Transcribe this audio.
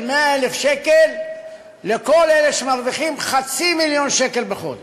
100,000 שקל לכל אלה שמרוויחים חצי מיליון שקל בחודש.